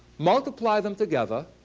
multiply them together,